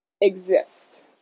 exist